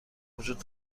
وجود